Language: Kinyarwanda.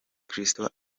kristo